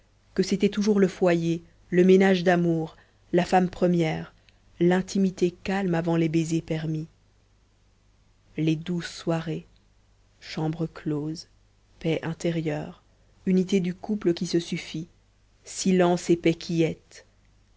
que c'était toujours le foyer le ménage d'amour la femme première l'intimité calme avant les baisers permis les douces soirées chambre close paix intérieure unité du couple qui se suffit silence et paix